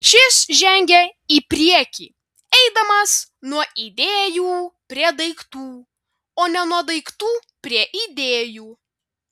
šis žengia į priekį eidamas nuo idėjų prie daiktų o ne nuo daiktų prie idėjų